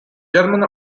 german